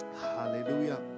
Hallelujah